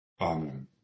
Amen